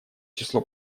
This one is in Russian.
число